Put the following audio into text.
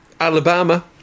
Alabama